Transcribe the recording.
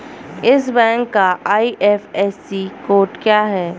इस बैंक का IFSC code क्या है?